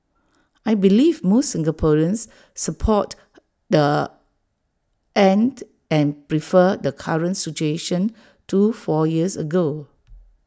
I believe most Singaporeans support the end and prefer the current situation to four years ago